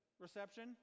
reception